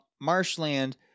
marshland